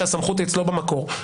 כשהסמכות אצלו במקור,